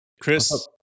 Chris